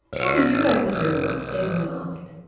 what are you going to do? edwin asked.